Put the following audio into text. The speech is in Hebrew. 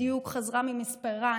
בדיוק חזרה ממספרה,